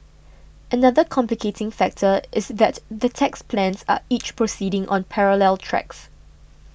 another complicating factor is that the tax plans are each proceeding on parallel tracks